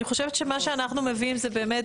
אני חושבת שמה שאנחנו מביאים זה באמת